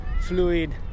fluid